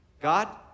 God